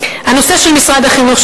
הנושא של משרד החינוך,